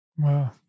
Wow